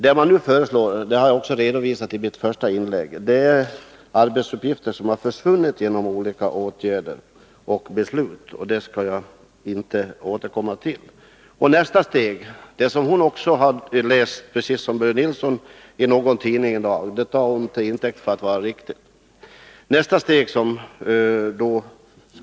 Det som nu föreslås — det har jag också redovisat i mitt första inlägg — gäller arbetsuppgifter som har försvunnit genom olika åtgärder och beslut. Jag skall inte återkomma till detta. Nästa steg skall behandlas av riksförsäkringsverket och Försäkringskasseförbundet, och då kommer naturligtvis skäligheten att prövas.